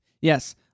Yes